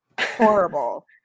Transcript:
horrible